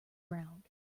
ground